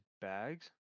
bags